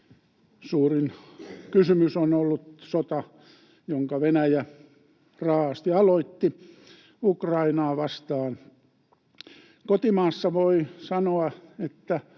Suurin kysymys on ollut sota, jonka Venäjä raa’asti aloitti Ukrainaa vastaan. Voi sanoa, että